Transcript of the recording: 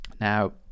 Now